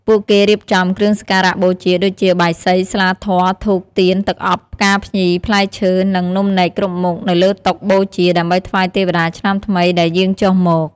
ពួកគេរៀបចំ គ្រឿងសក្ការៈបូជា ដូចជា បាយសី ស្លាធម៌ ធូប ទៀន ទឹកអប់ ផ្កាភ្ញី ផ្លែឈើ និងនំនែកគ្រប់មុខ នៅលើតុបូជា ដើម្បីថ្វាយទេវតាឆ្នាំថ្មីដែលយាងចុះមក។